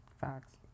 Facts